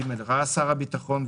ראה שר הביטחון,